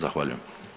Zahvaljujem.